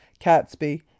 Catsby